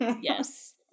Yes